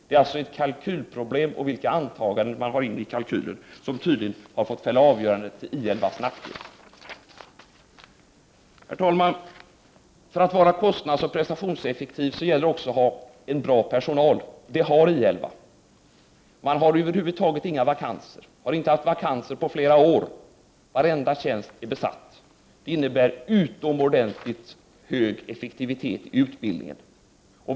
Det är alltså ett kalkylproblem och de antaganden man gjort i kalkylen som tydligen har fått fälla avgörandet till I 11:s nackdel. Herr talman! För att vara kostnadsoch prestationseffektiv gäller det också att ha en bra personal. Det har I 11. Man har över huvud taget inga vakanser, har inte haft det på flera år. Varenda tjänst är besatt. Det innebär utomordentligt hög effektivitet i utbildningen.